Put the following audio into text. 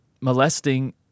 molesting